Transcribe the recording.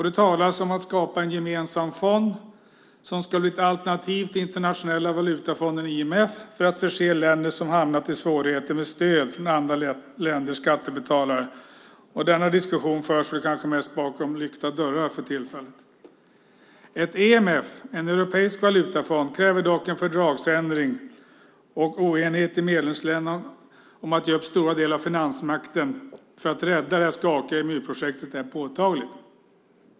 Det talas om att skapa en gemensam fond som ska bli ett alternativ till Internationella valutafonden, IMF, för att förse länder som hamnat i svårigheter med stöd från andra länders skattebetalare. Denna diskussion förs väl mest bakom lyckta dörrar för tillfället. Ett EMF, en europeisk valutafond, kräver dock en fördragsändring, och oenigheten i medlemsländerna om att ge upp stora delar av finansmakten för att rädda det skakiga EMU-projektet är påtaglig.